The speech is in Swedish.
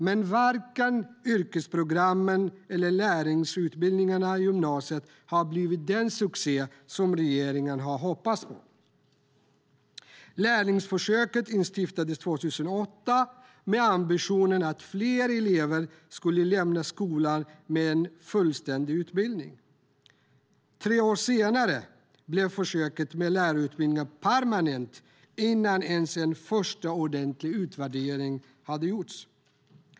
Men varken yrkesprogrammen eller lärlingsutbildningarna i gymnasiet har blivit den succé som regeringen har hoppats på. Lärlingsförsöket instiftades 2008 med ambitionen att fler elever skulle lämna skolan med en fullständig utbildning. Tre år senare blev försöket med lärlingsutbildning permanent, innan ens en första ordentlig utvärdering hade gjorts.